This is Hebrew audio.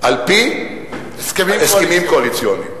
על-פי הסכמים קואליציוניים.